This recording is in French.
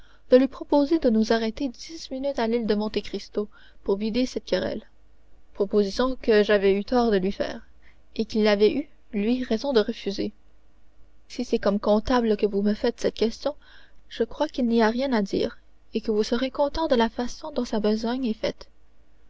de lui proposer de nous arrêter dix minutes à l'île de monte cristo pour vider cette querelle proposition que j'avais eu tort de lui faire et qu'il avait eu lui raison de refuser si c'est comme comptable que vous me faites cette question je crois qu'il n'y a rien à dire et que vous serez content de la façon dont sa besogne est faite